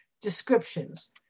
descriptions